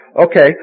Okay